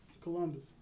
Columbus